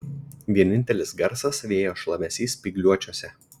vienintelis garsas vėjo šlamesys spygliuočiuose